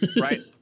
Right